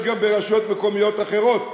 יש גם ברשויות מקומיות אחרות,